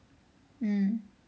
mm